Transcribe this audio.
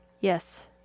Yes